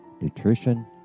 nutrition